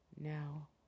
now